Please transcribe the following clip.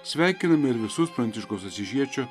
sveikiname ir visus pranciškaus asyžiečio